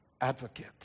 advocate